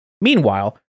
Meanwhile